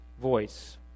voice